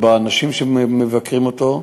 באנשים שמבקרים אותו,